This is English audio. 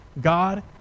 God